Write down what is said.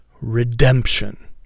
redemption